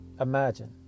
Imagine